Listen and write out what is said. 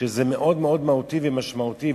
שזה מאוד-מאוד מהותי ומשמעותי.